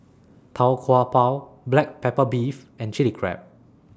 Tau Kwa Pau Black Pepper Beef and Chili Crab